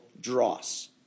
dross